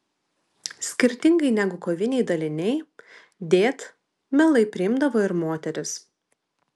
skirtingai negu koviniai daliniai dėt mielai priimdavo moteris